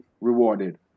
rewarded